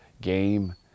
game